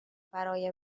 برای